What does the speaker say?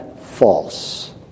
false